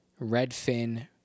Redfin